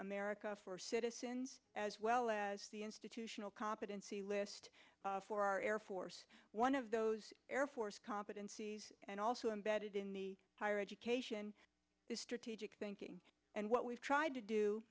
america for citizens as well as the institutional competency list for our air force one of those air force competencies and also embedded in the higher education strategic thinking and what we've tried to do